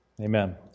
Amen